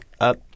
up